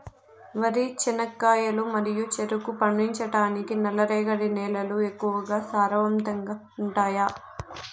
వరి, చెనక్కాయలు మరియు చెరుకు పండించటానికి నల్లరేగడి నేలలు ఎక్కువగా సారవంతంగా ఉంటాయా?